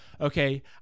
okay